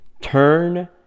Turn